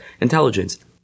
intelligence